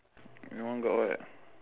your one got what